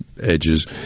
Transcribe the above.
edges